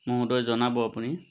মহোদয় জনাব আপুনি